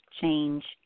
change